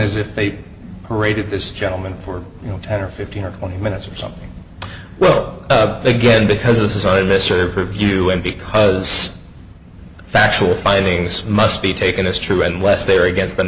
as if they paraded this gentleman for you know ten or fifteen or twenty minutes or something well again because this is i mr view and because the factual findings must be taken as true unless they are against the